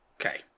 Okay